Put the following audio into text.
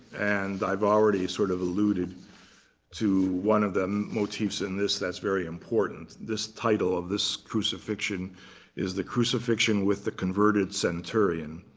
and i've already sort of alluded to one of the motifs in this that's very important. this title of this crucifixion is the crucifixion with the converted centurion,